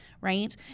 right